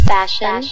Fashion